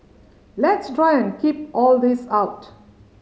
let's try and keep all this out